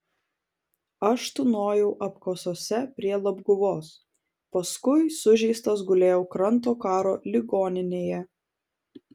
aš tūnojau apkasuose prie labguvos paskui sužeistas gulėjau kranto karo ligoninėje